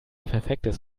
perfektes